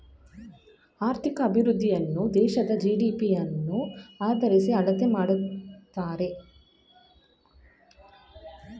ಆರ್ಥಿಕ ಅಭಿವೃದ್ಧಿಯನ್ನು ದೇಶದ ಜಿ.ಡಿ.ಪಿ ಯನ್ನು ಆದರಿಸಿ ಅಳತೆ ಮಾಡುತ್ತಾರೆ